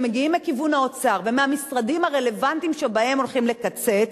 שמגיעים מכיוון האוצר ומהמשרדים הרלוונטיים שבהם הולכים לקצץ,